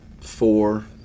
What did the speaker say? four